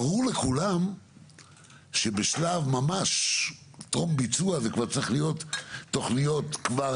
ברור לכולם שבשלב ממש טרום ביצוע זה כבר צריך להיות תוכנית כבר